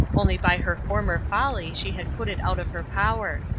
only by her former folly she had put it out of her power.